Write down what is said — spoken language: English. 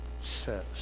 says